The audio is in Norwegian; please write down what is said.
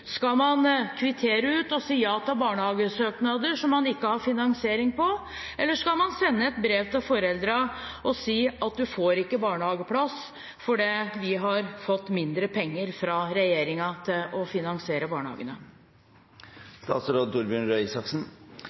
Skal man kvittere ut og si ja til barnehagesøknader som man ikke kan finansiere, eller skal man sende et brev til foreldrene og si at de ikke får barnehageplass, fordi man har fått mindre penger fra regjeringen til å finansiere barnehagene?